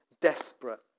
desperate